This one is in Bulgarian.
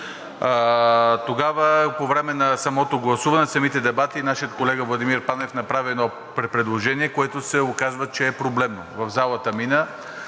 Тогава по време на самото гласуване, самите дебати, нашият колега Владимир Панев направи едно предложение, което се оказва, че е проблемно. В залата мина